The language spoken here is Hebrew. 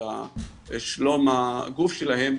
על שלום הגוף שלהם,